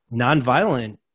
nonviolent